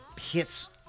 hits